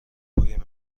وفای